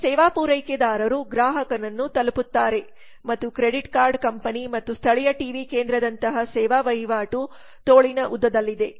ಇಲ್ಲಿ ಸೇವಾ ಪೂರೈಕೆದಾರರು ಗ್ರಾಹಕರನ್ನು ತಲುಪುತ್ತಾರೆ ಮತ್ತು ಕ್ರೆಡಿಟ್ ಕಾರ್ಡ್ ಕಂಪನಿ ಮತ್ತು ಸ್ಥಳೀಯ ಟಿವಿ ಕೇಂದ್ರದಂತಹ ಸೇವಾ ವಹಿವಾಟು ತೋಳಿನ ಉದ್ದದಲ್ಲಿದೆ